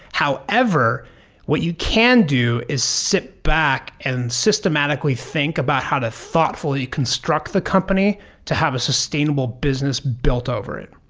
however, what you can do is sit back and systematically think about how to thoughtfully construct the company to have a sustainable business built over it.